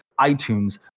itunes